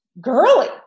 girly